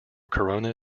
corona